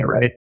right